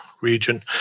region